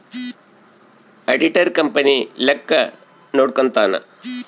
auditor company ಲೆಕ್ಕ ನೋಡ್ಕಂತಾನ್